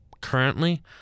currently